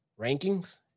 rankings